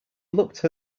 looked